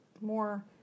more